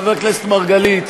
חבר הכנסת מרגלית,